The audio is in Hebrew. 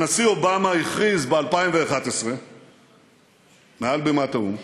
הנשיא אובמה הכריז ב-2011 מעל בימת האו"ם